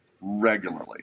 regularly